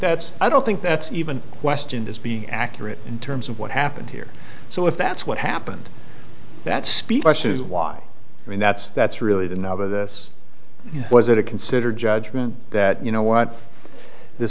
that's i don't think that's even questioned as being accurate in terms of what happened here so if that's what happened that's speeches why i mean that's that's really the nub of this was it a considered judgment that you know what th